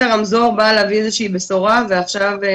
רמזור בא להביא איזה שהיא בשורה ובימים